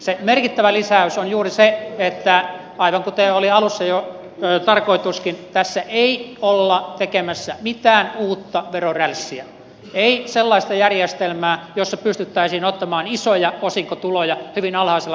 se merkittävä lisäys on juuri se että aivan kuten oli alussa jo tarkoituskin tässä ei olla tekemässä mitään uutta verorälssiä ei sellaista järjestelmää jossa pystyttäisiin ottamaan isoja osinkotuloja hyvin alhaisella verotuksella